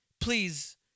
please